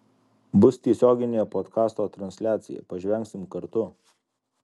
bus tiesioginė podkasto transliacija pažvengsim kartu